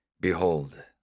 Behold